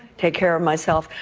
take care of myself.